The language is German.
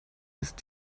ist